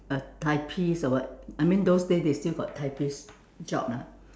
a typist or what I mean those days they still got typist job lah